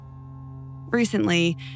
Recently